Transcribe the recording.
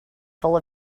full